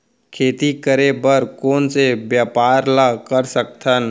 खेती करे बर कोन से व्यापार ला कर सकथन?